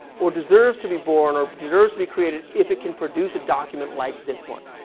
or deserves to be born, or deserves to be created if it can produce a document like this one,